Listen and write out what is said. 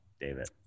David